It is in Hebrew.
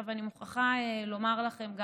אני מוכרחה לומר לכם,